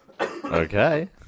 Okay